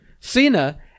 Cena